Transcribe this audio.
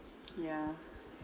yeah